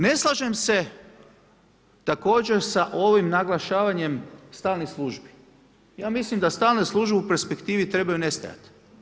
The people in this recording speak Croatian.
Ne slažem se također sa ovim naglašavanjem stalnih službi, ja mislim da stalne službe u perspektivi trebaju nestajati.